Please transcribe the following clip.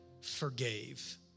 forgave